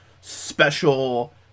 special